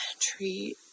treat